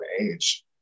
age